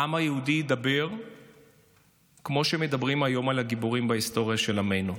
העם היהודי ידבר כמו שמדברים היום על הגיבורים בהיסטוריה של עמנו,